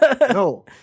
no